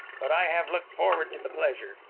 but i have looked forward to the pleasure.